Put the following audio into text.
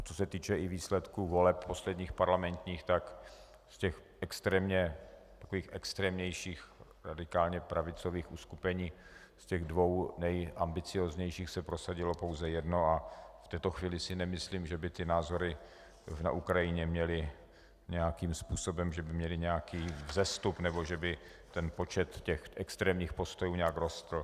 Co se týče i výsledků voleb, posledních parlamentních, tak z těch extrémnějších, radikálně pravicových uskupení, těch dvou nejambicióznějších, se prosadilo pouze jedno a v této chvíli si nemyslím, že by ty názory na Ukrajině měly nějakým způsobem, že by měly nějaký vzestup nebo že by ten počet těch extrémních postojů nějak rostl.